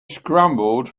scrambled